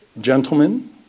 Gentlemen